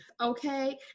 okay